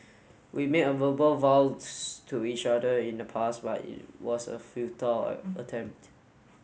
we made a verbal vows to each other in the past but it was a futile attempt